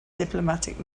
diplomatic